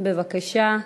בבקשה,